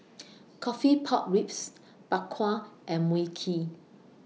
Coffee Pork Ribs Bak Kwa and Mui Kee